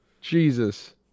Jesus